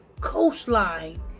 coastline